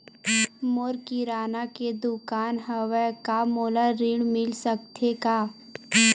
मोर किराना के दुकान हवय का मोला ऋण मिल सकथे का?